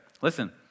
listen